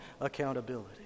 accountability